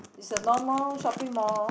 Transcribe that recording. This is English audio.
is a normal shopping mall